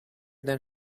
than